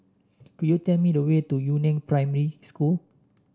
could you tell me the way to Yu Neng Primary School